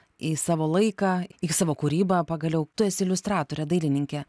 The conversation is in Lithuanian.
į savo laiką į savo kūrybą pagaliau tu esi iliustratorė dailininkė